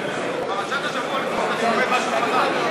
פרשת השבוע, לפחות אני לומד משהו חדש.